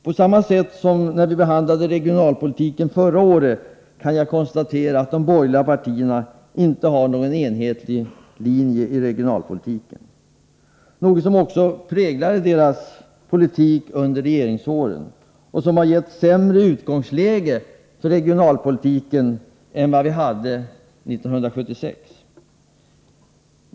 På samma sätt nu som när vi behandlade regionalpolitiken förra året kan jag konstatera att de borgerliga partierna inte har någon enhetlig linje i regionalpolitiken, något som också präglade deras politik under regeringsåren och som gett oss ett sämre utgångsläge för regionalpolitiken än det vi hade 1976.